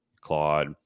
Claude